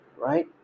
Right